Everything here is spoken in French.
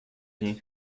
rien